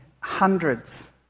hundreds